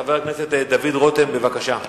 חבר הכנסת דוד רותם, בבקשה.